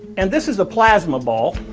and this is the plasma ball.